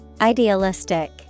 Idealistic